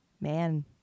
man